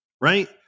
right